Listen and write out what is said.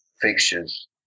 fixtures